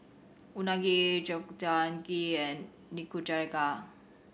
Unagi Gobchang Gui and Nikujaga